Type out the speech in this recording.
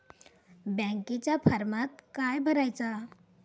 बँकेच्या फारमात काय भरायचा?